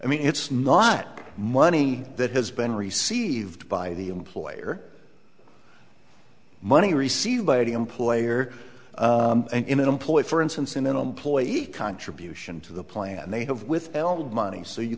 i mean it's not money that has been received by the employer money received by the employer in an employee for instance in an employee contribution to the plan they have withheld money so you